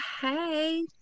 Hey